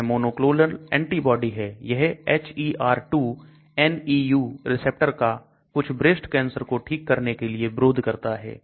यह monoclonal antibody है यह HER2neu रिसेप्टर का कुछ ब्रेस्ट कैंसर को ठीक करने के लिए विरोध करता है